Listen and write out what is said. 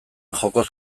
jokoz